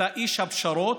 אתה איש הפשרות,